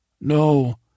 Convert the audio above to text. No